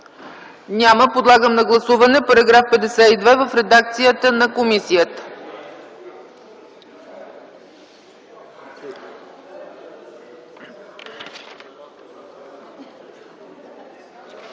Няма. Подлагам на гласуване § 52 в редакцията на комисията.